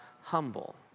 humble